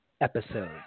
episode